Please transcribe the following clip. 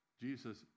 Jesus